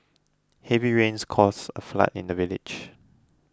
heavy rains caused a flood in the village